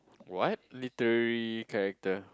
what literally character